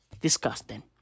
Disgusting